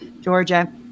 Georgia